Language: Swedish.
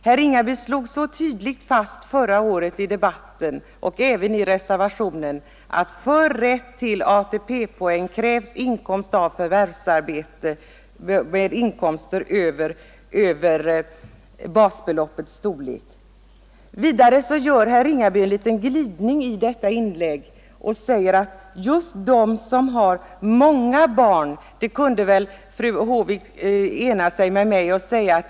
Herr Ringaby slog förra året så tydligt fast i debatten och även i den reservation, som avgivits till betänkandet, att för rätt till ATP-poäng krävs inkomst av förvärvsarbete över basbeloppets storlek. Vidare gör herr Ringaby en liten glidning i detta inlägg och säger att just de som har många barn har stora svårigheter att uppnå 30 år i pensionssystemet.